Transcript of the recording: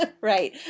right